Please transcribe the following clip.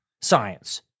science